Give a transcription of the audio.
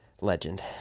Legend